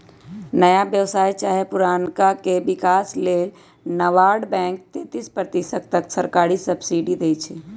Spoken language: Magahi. नया व्यवसाय चाहे पुरनका के विकास लेल नाबार्ड बैंक तेतिस प्रतिशत तक सरकारी सब्सिडी देइ छइ